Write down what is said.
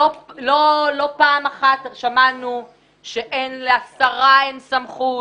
פעם אחת שמענו שלשרה אין סמכות